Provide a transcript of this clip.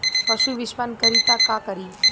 पशु विषपान करी त का करी?